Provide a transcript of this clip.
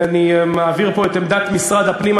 אני מעביר פה את עמדת משרד הפנים,